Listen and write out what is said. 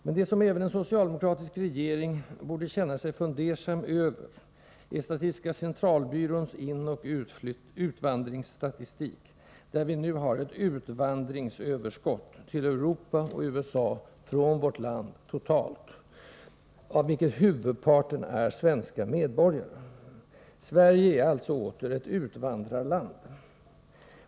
Men det som även en socialdemokratisk regering borde känna sig fundersam över är statistiska centralbyråns inoch utvandringsstatistik, där vi nu har ett utvandringsöverskott till Europa och USA från vårt land totalt, av vilket huvudparten är svenska medborgare. Sverige är alltså åter ett utvandrarland.